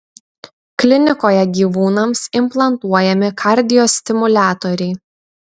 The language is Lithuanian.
klinikoje gyvūnams implantuojami kardiostimuliatoriai